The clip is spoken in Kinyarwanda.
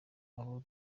abo